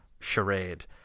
charade